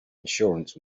insurance